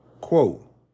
Quote